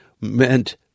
meant